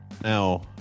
now